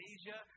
Asia